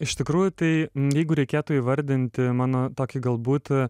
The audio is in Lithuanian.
iš tikrųjų tai jeigu reikėtų įvardinti mano tokį galbūt